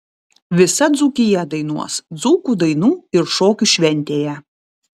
visa dzūkija dainuos dzūkų dainų ir šokių šventėje